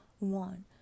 one